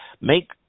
Make